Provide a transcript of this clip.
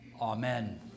Amen